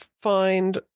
find